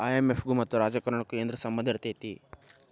IMF ಗು ಮತ್ತ ರಾಜಕಾರಣಕ್ಕು ಏನರ ಸಂಭಂದಿರ್ತೇತಿ?